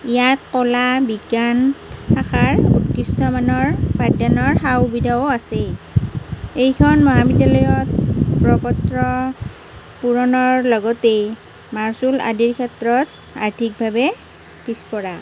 ইয়াত ক'লা বিজ্ঞান শাখাৰ উৎকৃষ্টমানৰ পাঠদানৰ সা সুবিধাও আছে এইখন মহাবিদ্যালয়ত প্ৰ পত্ৰ পূৰণৰ লগতেই মাচুল আদিৰ ক্ষেত্ৰত আৰ্থিকভাৱে পিছপৰা